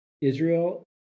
Israel